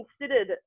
considered